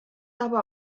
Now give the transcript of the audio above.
aber